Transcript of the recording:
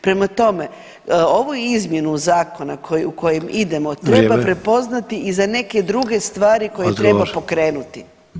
Prema tome, ovu izmjenu zakona kojom idemo [[Upadica Sanader: Vrijeme.]] treba prepoznati i za neke druge stvari koje treba pokrenuti.